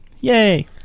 Yay